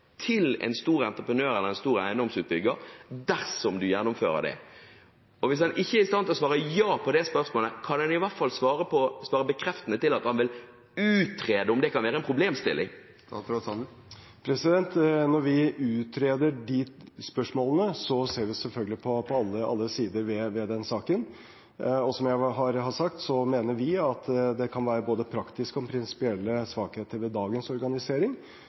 til en stor entreprenør eller en stor eiendomsutbygger, dersom man gjennomfører dette? Og hvis han ikke er i stand til å svare ja på det spørsmålet, kan han i hvert fall svare bekreftende på at han vil utrede om det kan være en problemstilling. Når vi utreder disse spørsmålene, ser vi selvfølgelig på alle sider ved saken. Som jeg har sagt, mener vi at det kan være både praktiske og prinsipielle svakheter ved dagens organisering.